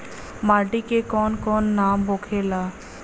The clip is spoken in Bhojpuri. माटी के कौन कौन नाम होखेला?